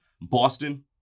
Boston